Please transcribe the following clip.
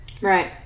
Right